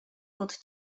pod